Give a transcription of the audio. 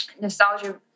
nostalgia